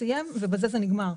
סיים ובזה זה נגמר.